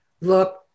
look